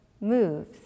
moves